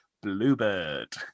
Bluebird